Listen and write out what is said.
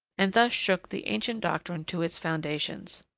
and thus shook the ancient doctrine to its foundations.